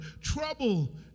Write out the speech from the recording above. trouble